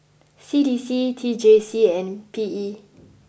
C D C T J C and P E